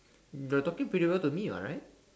you're talking pretty well to me what right